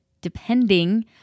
Depending